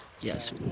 Yes